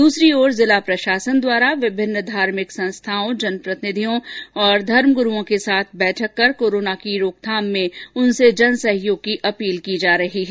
दूसरी ओर जिला प्रशासन द्वारा विभिन्न धार्मिक संस्थाओं जनप्रतिनिधियों और धर्मग्रूओं के साथ बैठक कर कोरोना की रोकथाम में उनसे सहयोग की अपील की जा रही है